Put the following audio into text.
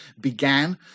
began